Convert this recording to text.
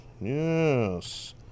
Yes